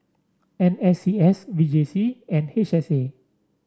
N S C S V J C and H S A